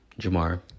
Jamar